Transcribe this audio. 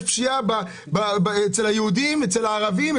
יש פשיעה אצל היהודים ואצל הערבים,